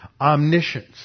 omniscience